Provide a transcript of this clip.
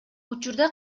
учурда